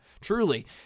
truly